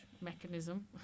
mechanism